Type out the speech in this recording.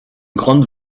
grande